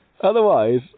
Otherwise